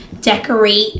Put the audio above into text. decorate